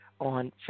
on